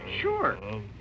Sure